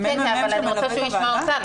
כן, אבל אני רוצה שהוא ישמע אותה.